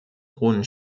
hohen